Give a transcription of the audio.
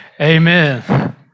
amen